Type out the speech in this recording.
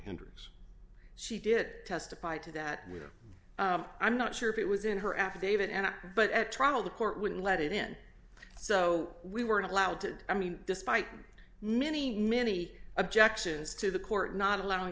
hundreds she did testify to that we're i'm not sure if it was in her affidavit and but at trial the court wouldn't let it in so we were not allowed to i mean despite many many objections to the court not allowing